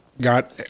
got